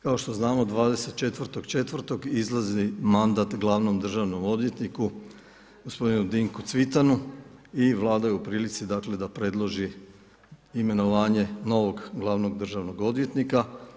Kao što znamo, 24.4. izlazi mandat glavnom državnom odvjetniku gospodinu Dinku Cvitanu i Vlada je u prilici da predloži imenovanje novog glavnog državnog odvjetnika.